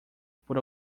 por